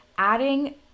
adding